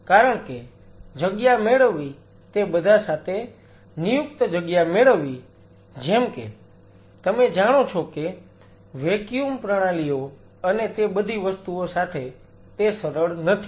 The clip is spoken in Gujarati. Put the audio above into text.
કારણ કે જગ્યા મેળવવી તે બધા સાથે નિયુક્ત જગ્યા મેળવવી જેમ કે તમે જાણો છો કે વેક્યુમ પ્રણાલીઓ અને તે બધી વસ્તુઓ સાથે તે સરળ નથી